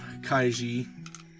Kaiji